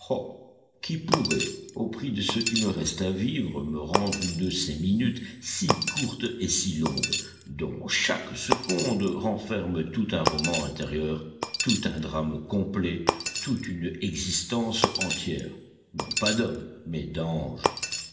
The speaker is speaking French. qui pourrait au prix de ce qui me reste à vivre me rendre une de ces minutes si courtes et si longues dont chaque seconde renferme tout un roman intérieur tout un drame complet tout une existence entière non pas d'homme mais d'ange